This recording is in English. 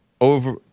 over